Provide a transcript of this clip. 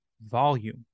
volume